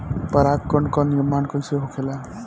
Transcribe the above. पराग कण क निर्माण कइसे होखेला?